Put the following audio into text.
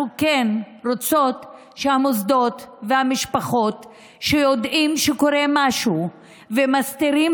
אנחנו כן רוצות שהמוסדות והמשפחות שיודעים שקורה משהו ומסתירים